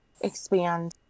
expand